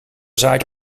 zaait